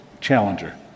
Challenger